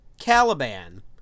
Caliban